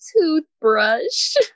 toothbrush